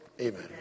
Amen